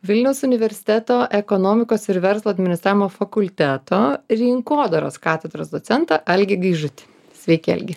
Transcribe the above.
vilniaus universiteto ekonomikos ir verslo administravimo fakulteto rinkodaros katedros docentą algį gaižutį sveiki algi